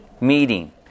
meeting